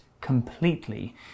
completely